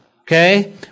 Okay